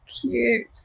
Cute